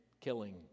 killing